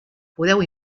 podeu